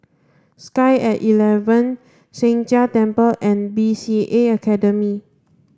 sky at eleven Sheng Jia Temple and B C A Academy